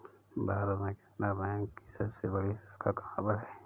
भारत में केनरा बैंक की सबसे बड़ी शाखा कहाँ पर है?